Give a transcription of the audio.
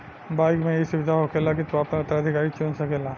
bike मे ई सुविधा होखेला की तू आपन उत्तराधिकारी चुन सकेल